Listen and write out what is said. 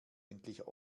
endlich